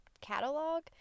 catalog